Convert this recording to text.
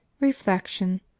Reflection